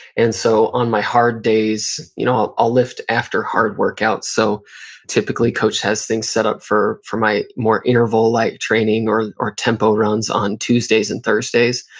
and so on my hard days, you know i'll lift after hard workouts, so typically coach has things set up for for my more interval-like training or or tempo runs on tuesdays and thursdays.